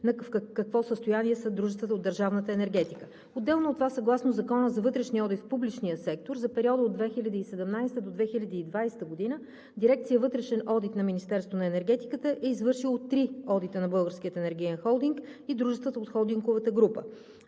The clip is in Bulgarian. в какво състояние са дружествата от държавната енергетика. Отделно от това съгласно Закона за вътрешния одит в публичния сектор за периода от 2017 г. до 2020 г. дирекция „Вътрешен одит“ на Министерството на енергетиката е извършило три одита на Българския енергиен холдинг и на дружествата от холдинговата група.